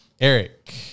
Eric